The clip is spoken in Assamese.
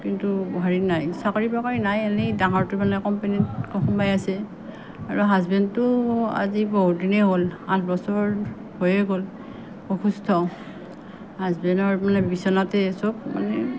কিন্তু হেৰি নাই চাকৰি বাকৰি নাই এই ডাঙৰটো মানে কোম্পানীত সোমাই আছে আৰু হাজবেণটো আজি বহুত দিনেই হ'ল আঠবছৰ হৈয়ে গ'ল অসুস্থ হাজবেণৰ বিচনাতে চব মানে